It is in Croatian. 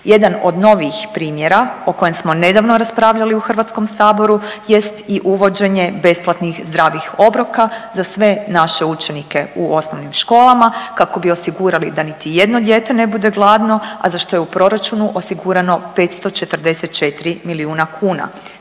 Jedan od novijih primjera o kojem smo nedavno raspravljali u Hrvatskom saboru jest i uvođenje besplatnih zdravih obroka za sve naše učenike u osnovnim školama kako bi osigurali da niti jedno dijete ne bude gladno, a za što je u proračunu osigurano 544 milijuna kuna.